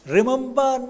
Remember